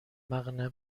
مقنعه